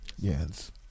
yes